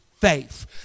faith